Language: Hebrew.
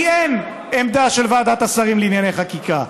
כי אין עמדה של ועדת השרים לענייני חקיקה.